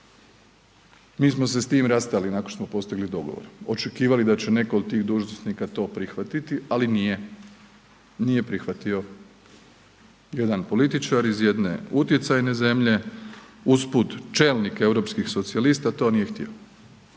Mi smo se s tim rastali nakon što smo postigli dogovor, očekivali da će netko od tih dužnosnika to prihvatiti, ali nije, nije prihvatio. Jedan političar iz jedne utjecajne zemlje, usput čelnik europskih socijalista to nije htio.